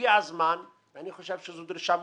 שהגיע הזמן, ואני חושב שזו דרישה מוצדקת,